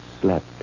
Slept